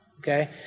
Okay